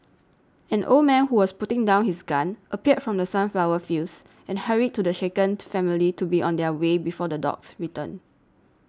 an old man who was putting down his gun appeared from the sunflower fields and hurried to the shaken family to be on their way before the dogs return